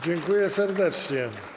Dziękuję serdecznie.